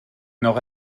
nord